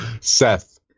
Seth